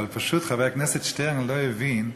אבל פשוט חבר הכנסת שטרן לא הבין שכתוב: